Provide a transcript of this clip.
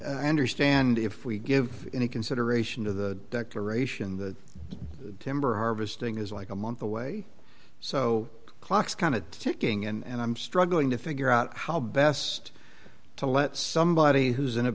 i understand if we give any consideration to the declaration the timber harvesting is like a month away so clocks kind of ticking and i'm struggling to figure out how best to let somebody who's in a